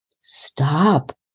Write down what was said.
stop